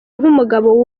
nk’umugabo